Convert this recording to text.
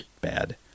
bad